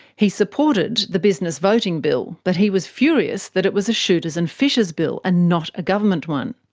he supported the business voting bill, but he was furious that it was a shooters and fishers bill and not a government one.